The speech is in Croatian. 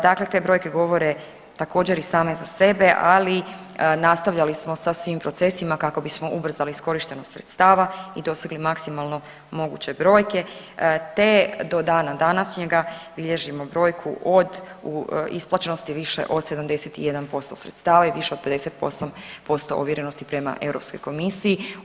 Dakle te brojke govore također i same za sebe, ali nastavljali smo sa svim procesima kako bismo ubrzali iskorištenost sredstava i dosegli maksimalno moguće brojke, te do dana današnjega bilježimo brojku od, isplaćenosti više od 71% sredstava i više od 58% ovjerenosti prema Europskoj komisiji.